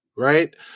right